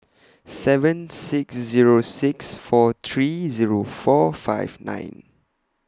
seven six Zero six four three Zero four five nine